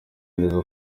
neza